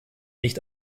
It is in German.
nicht